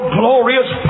glorious